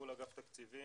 מול אגף התקציבים,